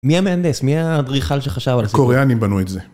מי המהנדס? מי האדריכל שחשב על זה? הקוריאנים בנו את זה.